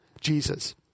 Jesus